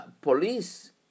police